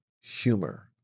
humor